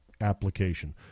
application